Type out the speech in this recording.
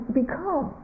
become